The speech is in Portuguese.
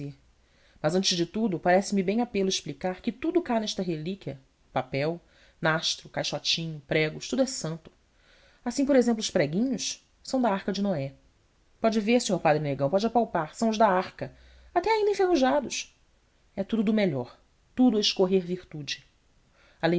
mas antes de tudo parece-me bem a pelo explicar que tudo cá nesta relíquia papel nastro caixotinho pregos tudo é santo assim por exemplo os preguinhos são da arca de noé pode ver senhor padre negrão pode apalpar são os da arca até ainda enferrujados e tudo do melhor tudo a escorrer virtude